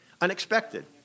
Unexpected